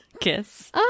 kiss